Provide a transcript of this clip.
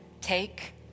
take